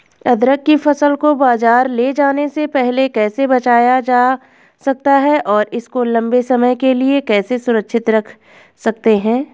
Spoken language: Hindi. अदरक की फसल को बाज़ार ले जाने से पहले कैसे बचाया जा सकता है और इसको लंबे समय के लिए कैसे सुरक्षित रख सकते हैं?